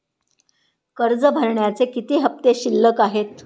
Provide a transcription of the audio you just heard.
कर्ज भरण्याचे किती हफ्ते शिल्लक आहेत?